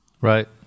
Right